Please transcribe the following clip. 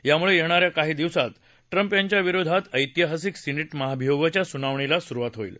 यामुळे येणाऱ्या काही दिवसात ट्रम्प यांच्या विरोधात ऐतिहासिक सिने महाभियोगाच्या सुनावणीला सुरुवात होईल